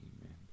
Amen